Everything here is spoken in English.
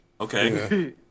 Okay